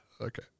okay